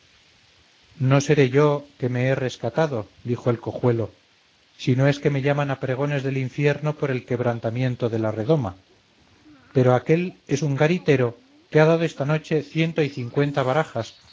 no seré yo que me he rescatado dijo el cojuelo si no es que me llaman a pregones del infierno por el quebrantamiento de la redoma pero aquél es un garitero que ha dado esta noche ciento y cincuenta barajas